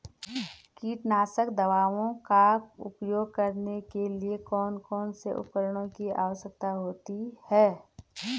कीटनाशक दवाओं का उपयोग करने के लिए कौन कौन से उपकरणों की आवश्यकता होती है?